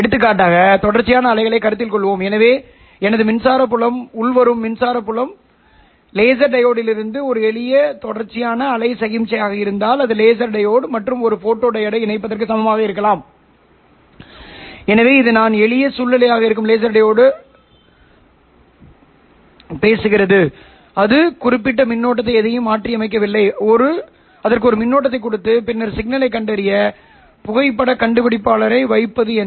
எடுத்துக்காட்டாக தொடர்ச்சியான அலைகளைக் கருத்தில் கொள்வோம் எனவே எனது மின்சார புலம் உள்வரும் மின்சார புலம் லேசர் டையோடில் இருந்து ஒரு எளிய தொடர்ச்சியான அலை சமிக்ஞையாக இருந்தால் இது லேசர் டையோடு மற்றும் ஒரு போட்டோடியோடை இணைப்பதற்கு சமமாக இருக்கலாம் எனவே இது நான் எளிய சூழ்நிலையாக இருக்கும் லேசர் டையோடு பேசுகிறது அது ஒரு குறிப்பிட்ட மின்னோட்டத்தை எதையும் மாற்றியமைக்கவில்லை அதற்கு ஒரு மின்னோட்டத்தைக் கொடுத்து பின்னர் சிக்னலைக் கண்டறிய புகைப்படக் கண்டுபிடிப்பாளரை வைப்பது என்ன